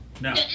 No